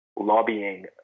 lobbying